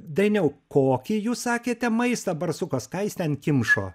dainiau kokį jūs sakėte maistą barsukas ką jis ten kimšo